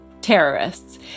terrorists